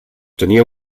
tenia